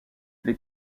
les